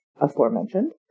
aforementioned